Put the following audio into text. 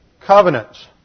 covenants